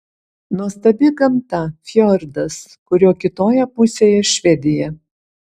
nuostabi gamta fjordas kurio kitoje pusėje švedija